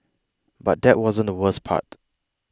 but that wasn't the worst part